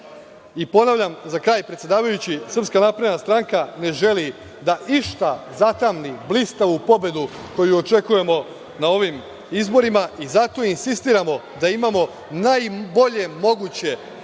državi. Ponavljam za kraj predsedavajući, SNS ne želi da išta zatamni blistavu pobedu koju očekujemo na ovim izborima i zato insistiramo da imamo najbolje moguće